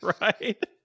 Right